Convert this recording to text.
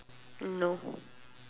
no